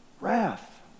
wrath